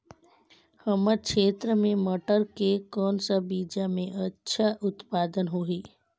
हमर क्षेत्र मे मटर के कौन सा बीजा मे अच्छा उत्पादन होही?